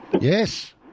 Yes